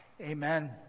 Amen